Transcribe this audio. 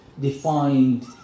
defined